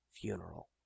funeral